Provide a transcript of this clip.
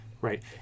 right